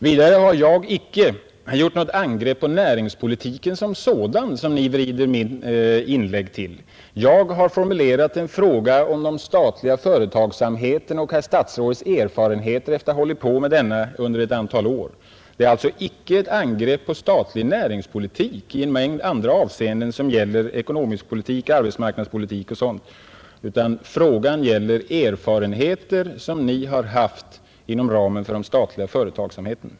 Vidare har jag inte angripit näringspolitiken som sådan, som Ni på nytt vrider mitt inlägg till. Jag har formulerat en fråga om den statliga företagsamheten och herr statsrådets erfarenhet efter att ha hållit på med denna under ett antal år. Det är alltså inte ett angrepp på statlig näringspolitik i en mängd andra avseenden som gäller ekonomisk politik, arbetsmarknadspolitik etc. utan frågan gäller erfarenheter som Ni har haft inom ramen för den statliga företagsamheten.